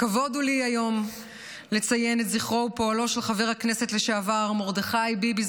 כבוד הוא לי היום לציין את זכרו ופועלו של חבר הכנסת לשעבר מרדכי ביבי,